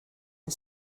and